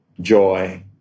joy